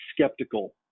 skeptical